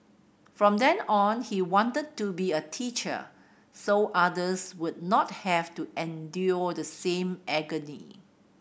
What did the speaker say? from then on he wanted to be a teacher so others would not have to endure the same agony